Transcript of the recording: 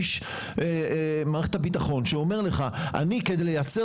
איש מערכת הביטחון שאומר לך אני כדי לייצר